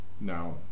Now